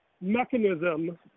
mechanism